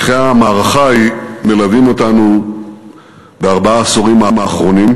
לקחי המערכה ההיא מלווים אותנו בארבעת העשורים האחרונים,